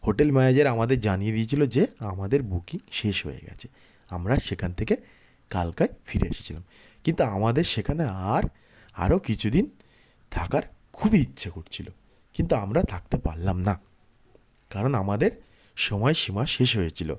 hotel manager আমাদের জানিয়ে দিয়েছিলো যে আমাদের বুকিং শেষ হয়ে গেছে আমরা সেখান থেকে কালকায় ফিরে এসেছিলাম কিন্তু আমাদের সেখানে আর আরও কিছু দিন থাকার খুবই ইচ্ছে করছিলো কিন্তু আমরা থাকতে পারলাম না কারণ আমাদের সময় সীমা শেষ হয়ে গেছিলো